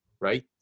right